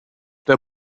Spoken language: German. der